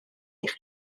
eich